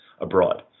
abroad